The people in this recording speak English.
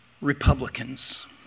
Republicans